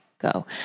go